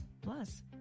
Plus